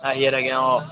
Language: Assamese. আহিয়ে থাকে অঁ